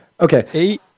Okay